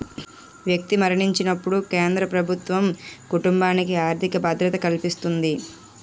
వ్యక్తి మరణించినప్పుడు కేంద్ర ప్రభుత్వం కుటుంబానికి ఆర్థిక భద్రత కల్పిస్తుంది